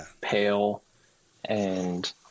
pale—and